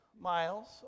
miles